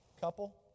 couple